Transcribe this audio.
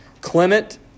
Clement